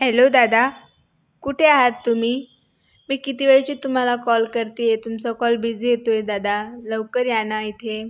hello दादा कुठे आहात तुम्ही मी किती वेळची तुम्हाला कॉल करते आहे तुमचा कॉल बिझी येतो आहे दादा लवकर या ना इथे